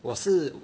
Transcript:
我是